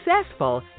successful